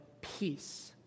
Peace